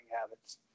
habits